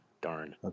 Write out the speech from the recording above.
Darn